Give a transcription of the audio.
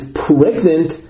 pregnant